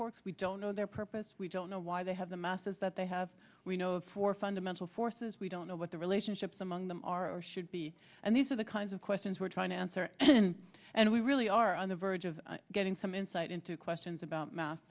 course we don't know their purpose we don't know why they have the masses that they have we know of four fundamental forces we don't know what the relationships among them are or should be and these are the kinds of questions we're trying to answer and we really are on the verge of getting some insight into questions about math